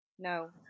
No